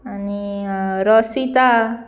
आनी रोसिता